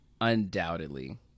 undoubtedly